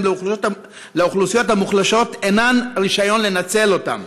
לאוכלוסיות המוחלשות אינן רישיון לנצל אותם.